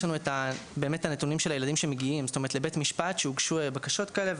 יש לנו את הנתונים של הילדים שמגיעים לבית משפט והוגשו בקשות כאלה.